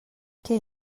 què